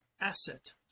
asset